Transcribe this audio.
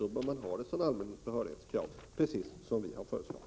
Då bör detta vara ett allmänt behörighetskrav, precis som vi har föreslagit.